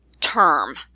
term